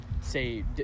say